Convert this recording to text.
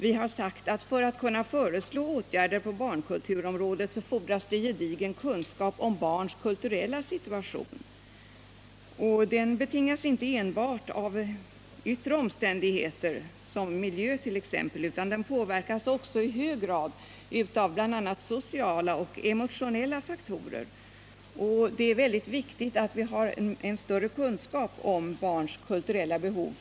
Vi har sagt att för att kunna föreslå åtgärder på barnkulturområdet fordras det en gedigen kunskap om barns kulturella situation. Den betingas inte enbart av yttre omständigheter, t.ex. miljö, utan den påverkas också i hög grad av bl.a. sociala och emotionella faktorer. Det är mycket viktigt att vi för att kunna vidta riktiga åtgärder har större kunskaper om barns kulturella behov.